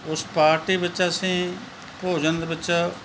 ਉਸ ਪਾਰਟੀ ਵਿੱਚ ਅਸੀਂ ਭੋਜਨ ਦੇ ਵਿੱਚ